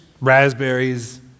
raspberries